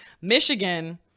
michigan